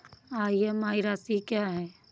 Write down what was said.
EMI राशि क्या है?